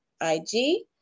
IG